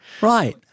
right